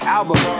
Album